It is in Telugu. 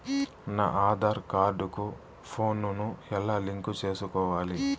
నా ఆధార్ కార్డు కు ఫోను ను ఎలా లింకు సేసుకోవాలి?